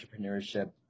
entrepreneurship